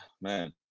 man